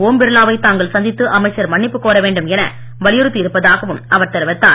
ஓம் பிர்லா வை தாங்கள் சந்தித்து அமைச்சர் மன்னிப்பு கோரவேண்டும் என வலியுறுத்தி இருப்பதாகவும் அவர் தெரிவித்தார்